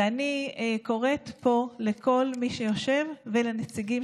ואני קוראת פה לכל מי שיושב ולנציגים